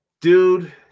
Dude